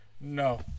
No